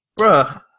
bruh